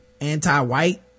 anti-white